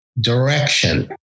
direction